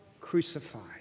crucified